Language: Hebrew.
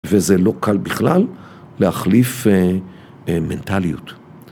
וזה לא קל בכלל להחליף מנטליות.